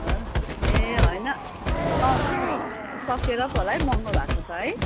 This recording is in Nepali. हो ए होइन साउन सकिएर पो होला है महँगो भएको त है